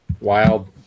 Wild